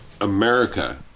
America